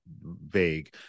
vague